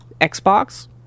Xbox